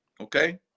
Okay